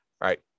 right